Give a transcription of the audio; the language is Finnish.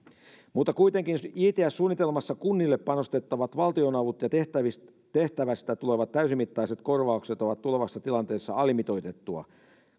kuitenkin jts suunnitelmassa kunnille panostettavat valtionavut ja tehtävästä tulevat täysimittaiset korvaukset ovat tulevassa tilanteessa alimitoitettuja